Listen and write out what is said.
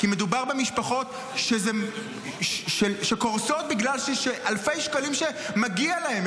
כי מדובר במשפחות שקורסות בגלל אלפי שקלים שמגיעים להן.